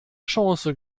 chance